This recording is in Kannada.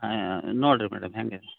ಹಾಂ ನೋಡಿರಿ ಮೇಡಮ್ ಹೇಗೆ